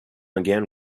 again